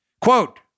quote